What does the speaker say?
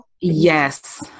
Yes